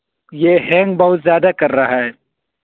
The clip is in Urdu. یہ ہینگ بہت زیادہ کر رہا ہے